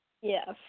Yes